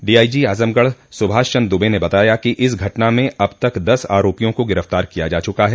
DIG Azamgarh Subhash Chandra Dubey ने बताया कि इस घटना में अब तक दस आरोपियों को गिरफ्तार किया जा चुका है